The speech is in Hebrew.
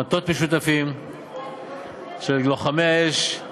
מטות משותפים של לוחמי אש,